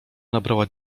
nabrała